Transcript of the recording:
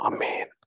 Amen